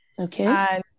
Okay